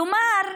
כלומר,